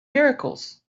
miracles